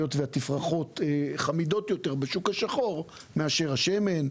היות והתפרחות נחמדות יותר בשוק השחור מאשר השמן.